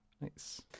Nice